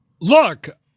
Look